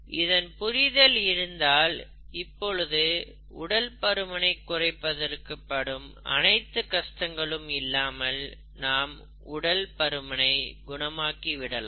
இதன் புரிதல் இருந்தால் இப்பொழுது உடல் பருமனை குறைப்பதற்கு படும் அனைத்து கஷ்டங்களும் இல்லாமல் நாம் உடல் பருமனை குணமாக்கி விடலாம்